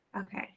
okay